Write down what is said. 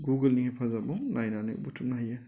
गुगोलनि हेफाजाबाव नायनानै बुथुमनो हायो